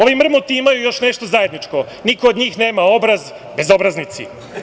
Ovi mrmoti imaju još nešto zajedno, niko od njih nema obraz, bezobraznici.